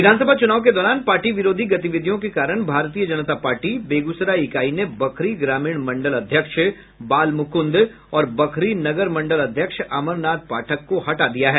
विधानसभा चुनाव के दौरान पार्टी विरोधी गतिविधियों के कारण भारतीय जनता पार्टी बेगूसराय इकाई ने बखरी ग्रामीण मंडल अध्यक्ष बालमुकुंद और बखरी नगर मंडल अध्यक्ष अमरनाथ पाठक को हटा दिया गया है